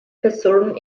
person